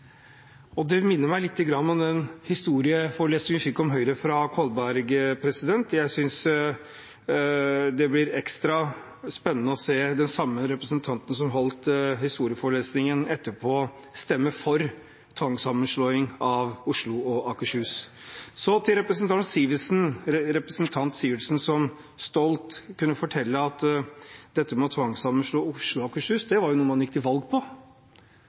Det minner meg lite grann om den historieforelesningen vi fikk om Høyre fra Kolberg. Jeg synes det blir ekstra spennende å se den samme representanten som holdt historieforelesningen, etterpå stemme for tvangssammenslåing av Oslo og Akershus. Så til representanten Sivertsen, som stolt kunne fortelle at dette med å tvangssammenslå Oslo og Akershus var jo noe man gikk til valg på.